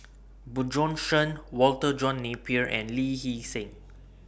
Bjorn Shen Walter John Napier and Lee Hee Seng